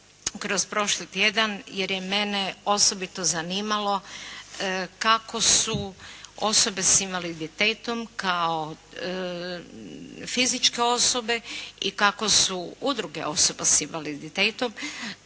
kroz prošli tjedan jer je mene osobito zanimalo kako su osobe s invaliditetom kao fizičke osobe i kako su udruge osoba s invaliditetom